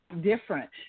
different